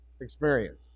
experience